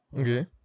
Okay